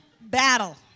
battle